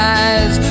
eyes